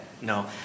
No